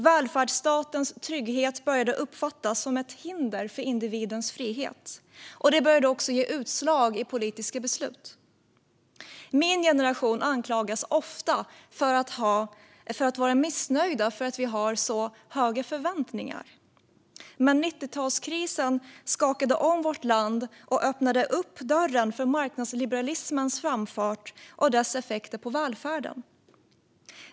Välfärdsstatens trygghet började uppfattas som ett hinder för individens frihet. Detta började också ge utslag i politiska beslut. Min generation anklagas ofta för att vara missnöjda på grund av att vi har så höga förväntningar. Men 90-talskrisen skakade om vårt land och öppnade dörren för marknadsliberalismens framfart och dess effekter på välfärden.